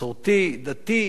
מסורתי, דתי,